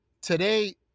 today